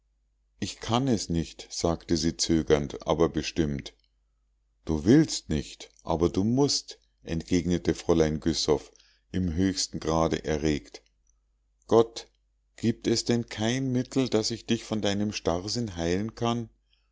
ich kann es nicht sagte sie zögernd aber bestimmt du willst nicht aber du mußt entgegnete fräulein güssow im höchsten grade erregt gott giebt es denn kein mittel daß ich dich von deinem starrsinn heilen kann